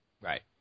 Right